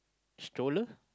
stroller